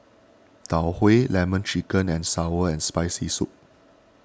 Tau Huay Lemon Chicken and Sour and Spicy Soup